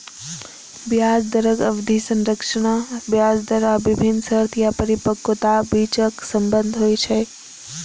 ब्याज दरक अवधि संरचना ब्याज दर आ विभिन्न शर्त या परिपक्वताक बीचक संबंध होइ छै